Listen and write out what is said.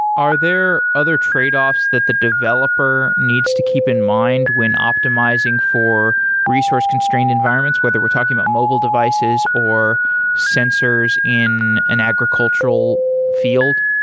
are there other tradeoffs that the developer needs to keep in mind when optimizing for resource constrained environments, whether we're talking about mobile devices or sensors in an agricultural field?